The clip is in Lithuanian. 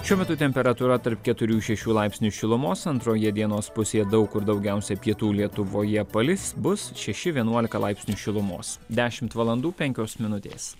šiuo metu temperatūra tarp keturių šešių laipsnių šilumos antroje dienos pusėje daug kur daugiausia pietų lietuvoje palis bus šeši vienuolika laipsnių šilumos dešimt valandų penkios minutės